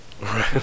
Right